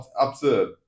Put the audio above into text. absurd